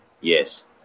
Yes